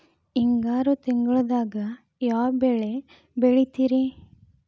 ಹಿಂಗಾರು ತಿಂಗಳದಾಗ ಯಾವ ಬೆಳೆ ಬೆಳಿತಿರಿ?